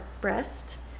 breast